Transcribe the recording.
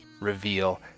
reveal